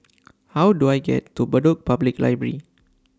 How Do I get to Bedok Public Library